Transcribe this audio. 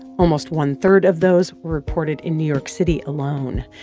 almost one-third of those reported in new york city alone.